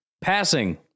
Passing